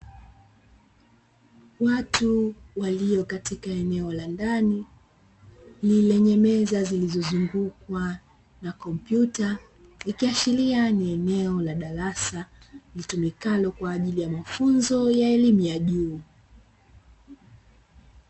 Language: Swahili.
Katika eneo la ndani lenye meza zilizozungukwa na kompyuta, ikiashiria ni eneo la darasa litumikalo kwaajili ya mafunzo ya elimu ya juu.